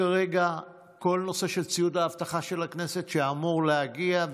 כל נושא ציוד האבטחה של הכנסת שאמור להגיע,